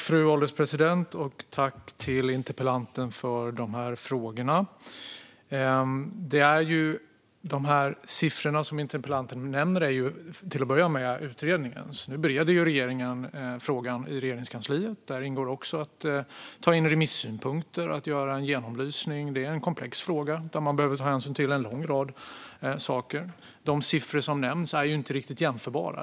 Fru ålderspresident! Tack, interpellanten, för dessa frågor! De siffror som interpellanten nämner är till att börja med utredningens. Nu bereder regeringen frågan i Regeringskansliet. Där ingår att man tar in remissynpunkter och gör en genomlysning. Detta är en komplex fråga där man behöver ta hänsyn till en lång rad saker. De siffror som nämns är inte riktigt jämförbara.